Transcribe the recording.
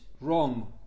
wrong